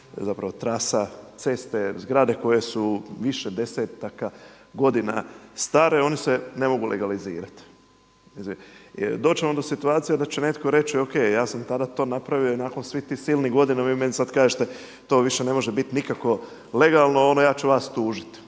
zapravo trasa ceste, zgrade koje su više desetaka godina stare one se ne mogu legalizirati. Doći će onda u situaciju da će netko reći ok ja sam tada to napravio i nakon svih tih silnih godina vi meni sad kažete to više ne može biti nikako legalno, ja ću vas tužiti.